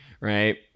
right